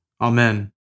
Amen